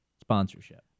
sponsorship